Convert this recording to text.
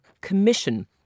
Commission